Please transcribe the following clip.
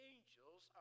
Angels